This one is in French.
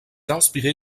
inspiré